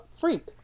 freak